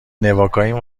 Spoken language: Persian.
نواکائین